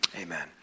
Amen